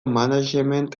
management